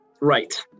right